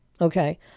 okay